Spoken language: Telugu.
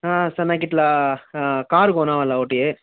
సార్ నాకిలా కార్ కొనాలి ఒకటి